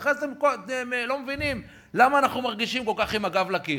ואחרי זה אתם לא מבינים למה אנחנו מרגישים עד כדי כך עם הגב לקיר.